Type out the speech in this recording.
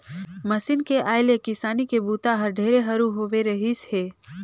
machine के आए ले किसानी के बूता हर ढेरे हरू होवे रहीस हे